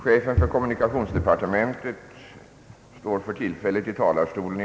Herr talman!